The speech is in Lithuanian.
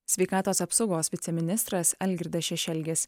sveikatos apsaugos viceministras algirdas šešelgis